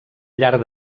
llarg